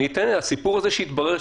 הסיפור שהתברר,